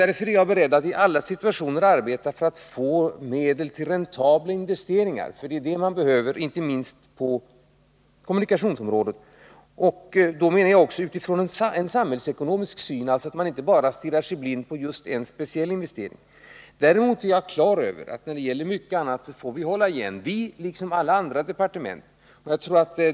Därför är jag beredd att i alla situationer arbeta för att få medel till räntabla investeringar, för det är det som vi behöver — inte minst på kommunikationsområdet. Jag är beredd att göra det utifrån en samhällsekonomisk syn, vilket innebär att man inte bara stirrar sig blind på endast en speciell investering. Däremot är jag på det klara med att vi, liksom alla andra departement, när det gäller mycket annat får hålla igen.